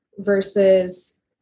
Versus